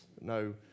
no